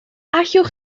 allwch